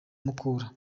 mukura